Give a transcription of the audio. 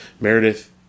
Meredith